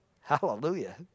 Hallelujah